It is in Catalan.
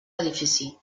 edifici